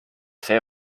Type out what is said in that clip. see